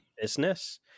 business